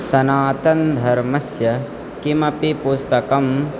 सनातनधर्मस्य किमपि पुस्तकम्